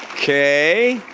okay,